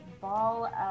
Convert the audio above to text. ball